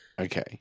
Okay